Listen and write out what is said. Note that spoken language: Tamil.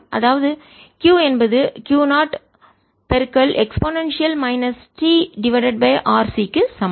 அதாவது Q என்பது Q 0 e minus t divided by RC க்கு சமம்